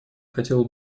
хотела